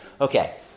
Okay